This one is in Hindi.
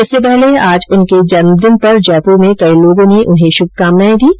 इससे पहले आज उनके जन्मदिन पर जयपुर में कई लोगों ने उनसे मिलकर उन्हें शुभकामनाएं दीं